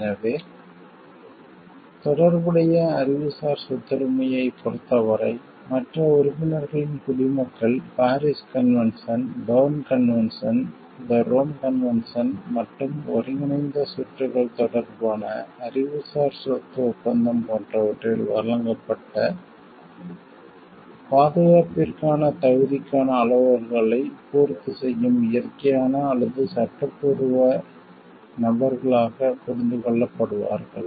எனவே தொடர்புடைய அறிவுசார் சொத்துரிமையைப் பொறுத்தவரை மற்ற உறுப்பினர்களின் குடிமக்கள் Paris convention Berne convention the Rome convention மற்றும் ஒருங்கிணைந்த சுற்றுகள் தொடர்பான அறிவுசார் சொத்து ஒப்பந்தம் போன்றவற்றில் வழங்கப்பட்ட பாதுகாப்பிற்கான தகுதிக்கான அளவுகோல்களை பூர்த்தி செய்யும் இயற்கையான அல்லது சட்டப்பூர்வ நபர்களாக புரிந்து கொள்ளப்படுவார்கள்